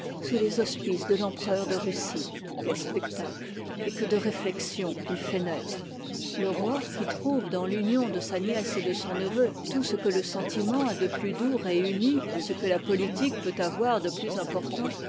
sous les auspices de l'empereur de russie quel spectacle et que de rén flexions il fait naître le roi qui trouve dans l'union de sa w nièce et de son neveu tout ce que le sentiment a de plus doux réuni à ce que la politique peut avoir de plus important